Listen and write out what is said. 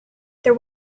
there